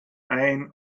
ein